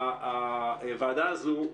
והוועדה הזו,